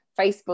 Facebook